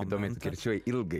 įdomiai tu kirčiuoji ilgai